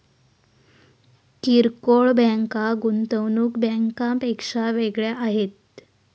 किरकोळ बँका गुंतवणूक बँकांपेक्षा वेगळ्या आहेत